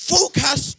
Focus